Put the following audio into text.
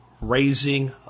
raising